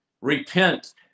Repent